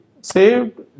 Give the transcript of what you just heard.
Saved